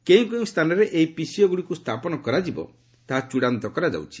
କେଉଁ କେଉଁ ସ୍ଥାନରେ ଏହି ପିସିଓଗୁଡ଼ିକ ସ୍ଥାପନ କରାଯିବ ତାହା ଚଡ଼ାନ୍ତ କରାଯାଉଛି